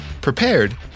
prepared